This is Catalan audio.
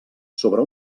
sobre